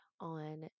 on